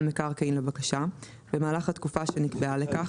מקרקעין לבקשה במהלך התקופה שנקבעה לכך,